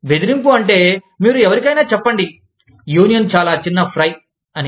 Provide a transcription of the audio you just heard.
బెదిరింపు అంటే మీరు ఎవరికైనా చెప్పండి యూనియన్ చాలా చిన్న ఫ్రై అని